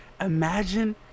imagine